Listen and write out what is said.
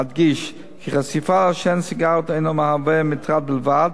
אדגיש כי חשיפה לעשן הסיגריות אינה מטרד בלבד,